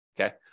Okay